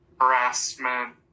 harassment